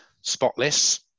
spotless